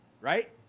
Right